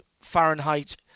Fahrenheit